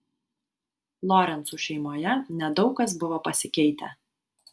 lorencų šeimoje nedaug kas buvo pasikeitę